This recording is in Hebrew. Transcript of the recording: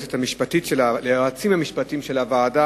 ליועצים המשפטיים של הוועדה,